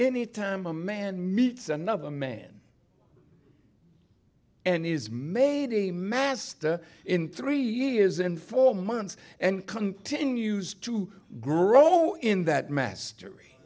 any time a man meets another man and is made a master in three years and four months and continues to grow in that mastery